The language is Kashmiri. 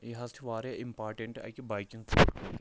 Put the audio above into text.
یہِ حظ چھُ واریاہ اِمپارٹیٚنٛٹہٕ اَکہِ بایکہِ ٹوٗرٕ خٲطرٕ